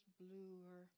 bluer